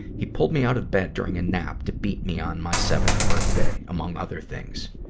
he pulled me out of bed during a nap to beat me on my seventh birthday, among other things.